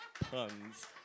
puns